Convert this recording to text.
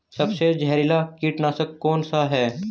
सबसे जहरीला कीटनाशक कौन सा है?